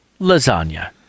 lasagna